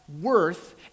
Worth